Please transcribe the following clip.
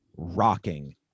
Rocking